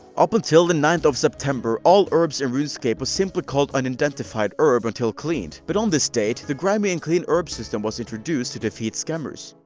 up until the ninth of september, all herbs in runescape was simply called unidentified herbs until cleaned, but on this date the grimy and clean herb system was introduced to defeat scammers.